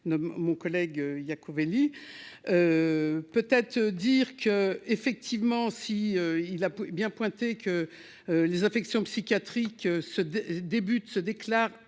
mon collègue Iacovelli peut-être dire qu'effectivement si il l'a bien pointé que les affections psychiatriques ce débute